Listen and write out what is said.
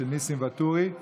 התשפ"ג 2022,